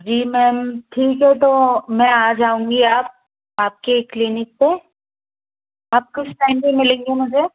जी ma'am ठीक है तो मैं आ जाऊंगी आप आपके क्लीनिक पे आप किस टाइम पे मिलेंगीं मुझे